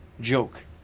joke